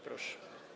Proszę.